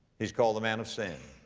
he's called the man of sin.